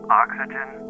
oxygen